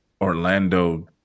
Orlando